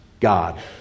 God